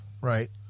Right